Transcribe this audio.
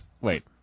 Wait